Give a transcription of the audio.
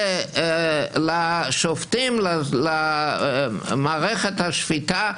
לשופטים, למערכת השפיטה,